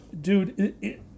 Dude